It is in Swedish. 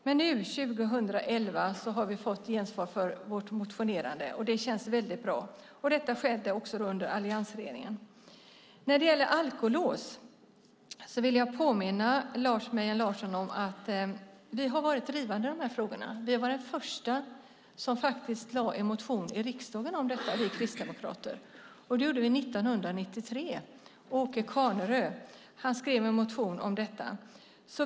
Men nu, år 2011, har vi fått gensvar för vårt motionerande, och det känns väldigt bra. Det skedde under alliansregeringen. När det gäller alkolås vill jag påminna Lars Mejern Larsson om att vi har varit drivande i de här frågorna. Vi kristdemokrater var de första som lade en motion här i riksdagen om detta. Det gjorde vi 1993. Åke Carnerö skrev en motion om detta.